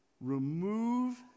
remove